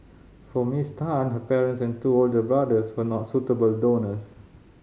for Miss Tan her parents and two older brothers were not suitable donors